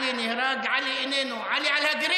עלי נהרג, עלי איננו, עלי על הגריל.